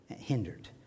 hindered